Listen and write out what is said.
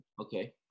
Okay